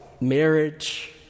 marriage